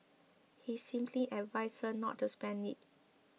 he simply advised her not to spend it